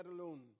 alone